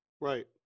right